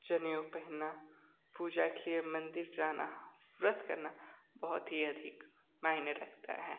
जनेऊ पहनना पुजा के लिए मंदिर जाना व्रत करना बहुत ही अधिक मायने रखता है